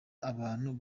abantu